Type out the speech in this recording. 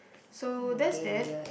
so that's that